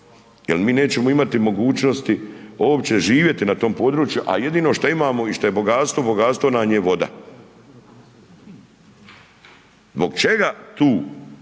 jel mi nećemo imati mogućnosti uopće živjeti na tom području, a jedino šta imamo i šta je bogatstvo, bogatstvo nam je voda. Zbog čega tu,